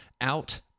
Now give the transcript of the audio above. out